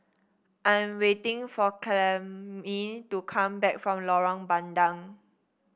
I am waiting for Clemmie to come back from Lorong Bandang